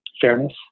Fairness